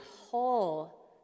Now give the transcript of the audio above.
whole